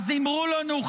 אז אמרו לנו,